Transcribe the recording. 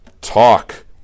talk